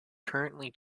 currently